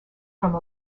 from